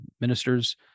ministers